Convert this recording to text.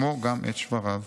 כמו גם את שבריו".